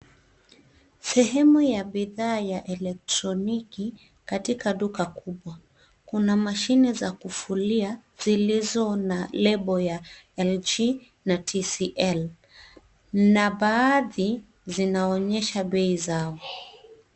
Sehemu ya bidhaa ya elektroniki katika duka kubwa. Kuna mashine za kufulia zilizo na lebo ya LG na TCL na baadhi zinaonyesha bei zao.